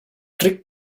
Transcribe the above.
trick